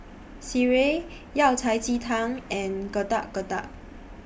Sireh Yao Cai Ji Tang and Getuk Getuk